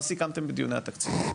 מה סיכמתם בדיוני התקציב?